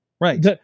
right